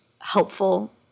helpful